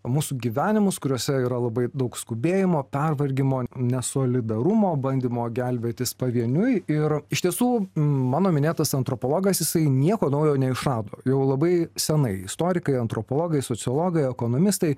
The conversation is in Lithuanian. mūsų gyvenimus kuriuose yra labai daug skubėjimo pervargimo nesolidarumo bandymo gelbėtis pavieniui ir iš tiesų mano minėtas antropologas jisai nieko naujo neišrado jau labai senai istorikai antropologai sociologai ekonomistai